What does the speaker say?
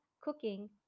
cooking